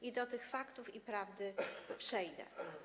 I do tych faktów i prawdy przejdę.